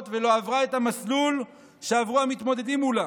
ולא עברה את המסלול שעברו המתמודדים מולה,